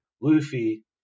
Luffy